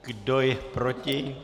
Kdo je proti?